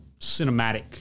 cinematic